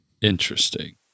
Interesting